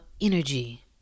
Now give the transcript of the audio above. Energy